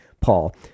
Paul